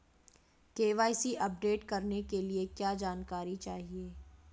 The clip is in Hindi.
के.वाई.सी अपडेट करने के लिए क्या जानकारी चाहिए?